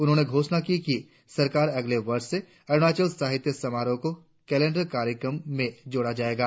उन्होंने घोषणा की कि सरकार अगले वर्ष से अरुणाचल साहित्य समारोह को कैलेंडर कार्यक्रम में जोड़ा जायेगा